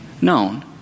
known